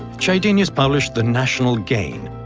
chydenius published the national gain,